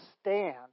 stand